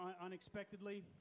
unexpectedly